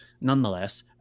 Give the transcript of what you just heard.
nonetheless